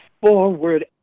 forward